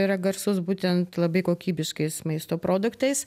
yra garsus būtent labai kokybiškais maisto produktais